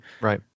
Right